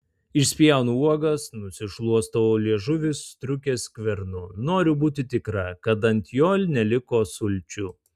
išspjaunu uogas nusišluostau liežuvį striukės skvernu noriu būti tikra kad ant jo neliko sulčių